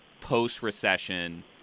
post-recession